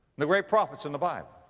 the great prophets in the bible.